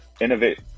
Innovate